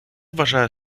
вважає